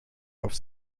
auf